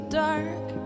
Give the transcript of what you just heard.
dark